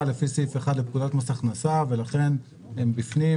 לפי סעיף 1 לפקודות מס הכנס ולכן הם בפנים,